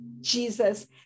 Jesus